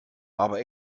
aber